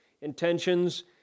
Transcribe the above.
intentions